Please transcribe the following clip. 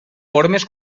formes